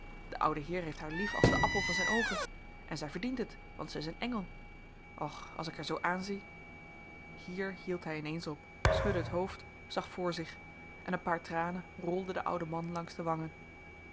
de oude heer heeft haar lief als den appel van zijn oogen en zij verdient het want zij is een engel och als ik haar zoo aanzie hier hield hij ineens op schudde het hoofd zag voor zich en een paar tranen rolden den ouden man langs de wangen